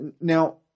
Now